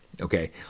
Okay